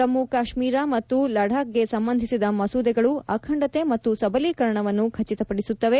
ಜಮ್ಮು ಕಾಶ್ಮೀರ ಮತ್ತು ಲಡಾಬ್ಗೆ ಸಂಬಂಧಿಸಿದ ಮಸೂದೆಗಳು ಅಖಂಡತೆ ಮತ್ತು ಸಬಲೀಕರಣವನ್ನು ಖಚಿತಪಡಿಸುತ್ತವೆ